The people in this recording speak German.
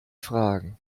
fragen